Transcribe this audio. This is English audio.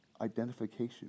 identification